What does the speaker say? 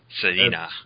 selena